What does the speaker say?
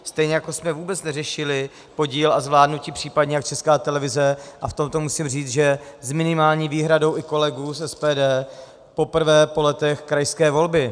Stejně jako jsme vůbec neřešili podíl a zvládnutí případně, jak Česká televize a v tomto musím říct, že s minimální výhradou i kolegů z SPD zvládla poprvé po letech krajské volby.